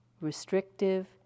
restrictive